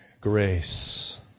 grace